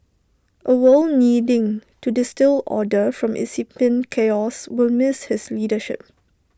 A world needing to distil order from incipient chaos will miss his leadership